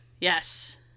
Yes